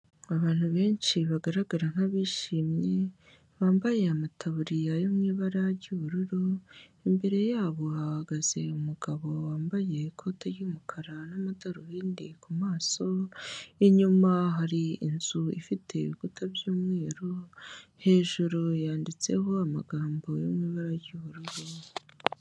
Abantu benshi bagaragara nk'abishimye, bambaye amataburiya yo mu ibara ry'ubururu, imbere yabo hahagaze umugabo wambaye ikote ry'umukara n'amadarubindi ku maso, inyuma hari inzu ifite ibikuta by'umweru, hejuru yanditseho amagambo yo mu ibara ry'ubururu.